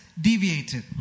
deviated